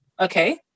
okay